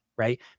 Right